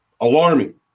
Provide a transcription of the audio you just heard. alarming